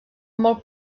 molt